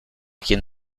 quien